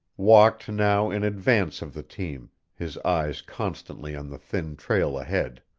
walked now in advance of the team, his eyes constantly on the thin trail ahead.